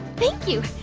thank you.